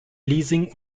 leasing